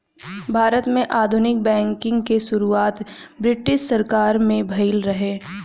भारत में आधुनिक बैंकिंग के शुरुआत ब्रिटिस सरकार में भइल रहे